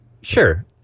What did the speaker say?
Sure